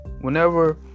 Whenever